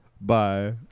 Bye